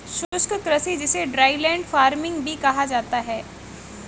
शुष्क कृषि जिसे ड्राईलैंड फार्मिंग भी कहा जाता है